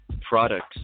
products